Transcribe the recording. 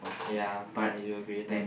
ya I do agree that